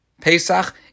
Pesach